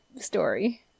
story